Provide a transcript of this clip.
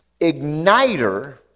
igniter